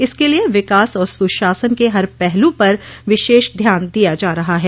इसके लिए विकास और सुशासन के हर पहलू पर विशेष ध्यान दिया जा रहा है